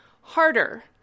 Harder